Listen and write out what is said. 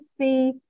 see